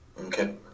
Okay